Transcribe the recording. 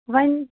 وَنۍ